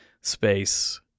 space